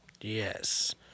Yes